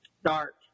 start